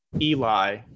Eli